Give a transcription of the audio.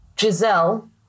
Giselle